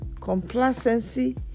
complacency